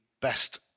best